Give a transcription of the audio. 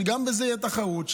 שגם בזה תהיה תחרות,